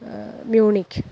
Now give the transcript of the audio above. Munich